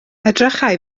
edrychai